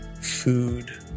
food